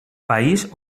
país